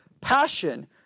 passion